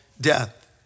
death